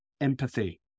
empathy